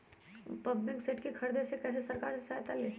Pumping set के ख़रीदे मे कैसे सरकार से सहायता ले?